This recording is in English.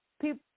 people